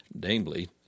namely